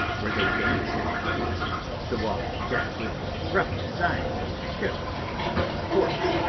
where they dance and game the walls bedecked with rough designs of ships, and forts,